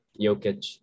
Jokic